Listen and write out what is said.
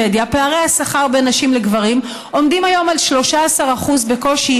בשבדיה פערי השכר בין נשים לגברים עומדים היום על 13% בקושי,